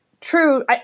true